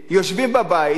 יושבים בבית,